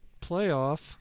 playoff